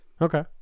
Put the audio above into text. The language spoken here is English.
Okay